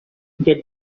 get